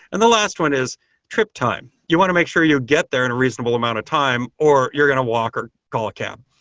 and the last one is trip time. you want to make sure you get there in a reasonable amount of time or you're going to walk or call a cab.